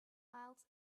miles